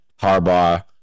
Harbaugh